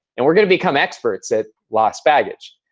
and we're gonna become experts at lost baggage.